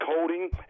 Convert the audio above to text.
coding